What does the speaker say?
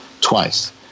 twice